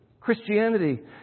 Christianity